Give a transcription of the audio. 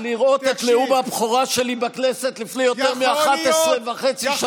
לראות את נאום הבכורה שלי בכנסת לפני יותר מ-11 וחצי שנים.